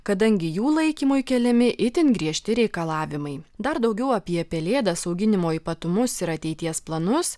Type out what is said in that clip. kadangi jų laikymui keliami itin griežti reikalavimai dar daugiau apie pelėdas auginimo ypatumus ir ateities planus